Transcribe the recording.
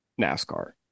NASCAR